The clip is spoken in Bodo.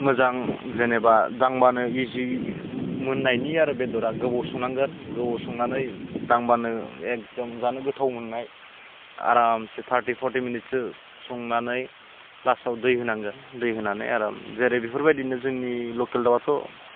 मोजां जेनेबा दांबानो इजि मोननायनि आरो बेदरा गोबाव संनांगोन गोबाव संनानै दांबानो एकदम जानो गोथाव मोननाय आरामसे थार्टि फर्टि मिनिटसो संनानै लास्टआव दै होनांगोन दै होनानै आराम जेरै बेफोरबायदिनो जोंनि लकेल दाउआथ'